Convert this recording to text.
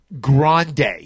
grande